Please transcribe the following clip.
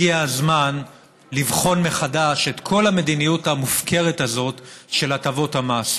הגיע הזמן לבחון מחדש את כל המדיניות המופקרת הזאת של הטבות המס,